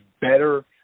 better